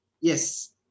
yes